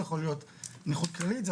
זה יכול נכות כללית,